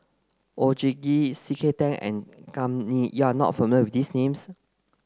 Oon Jin Gee C K Tang and Kam Ning you are not familiar with these names